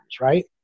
right